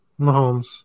Mahomes